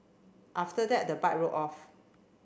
after that the bike rode off